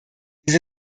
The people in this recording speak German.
sie